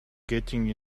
getting